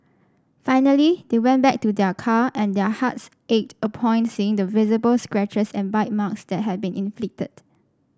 finally they went back to their car and their hearts ached upon seeing the visible scratches and bite marks that had been inflicted